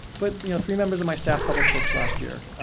but you know three members of my staff published books last year.